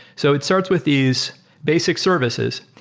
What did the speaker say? so it starts with these basic services.